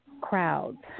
crowds